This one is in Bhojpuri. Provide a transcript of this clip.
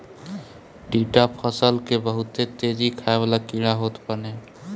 टिड्डा फसल के बहुते तेज खाए वाला कीड़ा होत बाने